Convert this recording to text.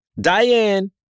Diane